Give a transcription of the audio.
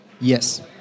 yes